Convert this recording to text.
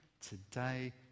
today